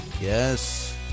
Yes